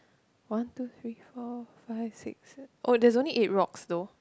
one two three four five six se~ oh there's only eight rocks though